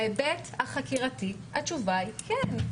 בהיבט החקירתי התשובה היא כן.